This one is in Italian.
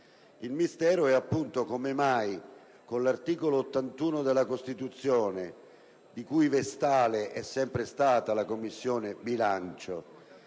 si chiede, infatti, come mai con l'articolo 81 della Costituzione, la cui vestale è sempre stata la Commissione bilancio,